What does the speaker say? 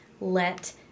let